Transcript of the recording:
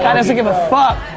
yeah doesn't give a fuck.